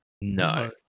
No